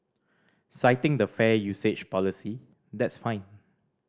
citing the fair usage policy that's fine